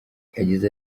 yagize